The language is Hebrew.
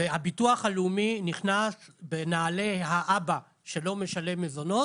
הביטוח הלאומי נכנס בנעלי האבא שלא משלם מזונות,